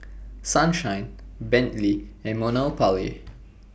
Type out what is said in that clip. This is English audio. Sunshine Bentley and Monopoly